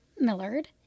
Millard